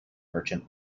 merchant